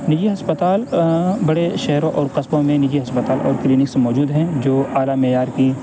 نجی ہسپتال بڑے شہروں اور قصبوں میں نجی ہسپتال اور کلینکس موجود ہیں جو اعلیٰ معیار کی